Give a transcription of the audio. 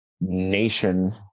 nation